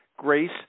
grace